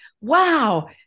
Wow